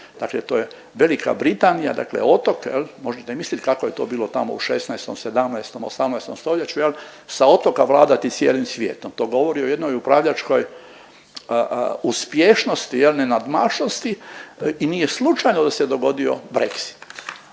dakle to je Velika Britanija, dakle otok jel, možete mislit kako je to bilo tamo u 16., 17., 18. stoljeću jel, sa otoka vladati cijelim svijetom, to govori o jednoj upravljačkoj uspješnosti jel, nenadmašnosti i nije slučajno da se dogodio brexit,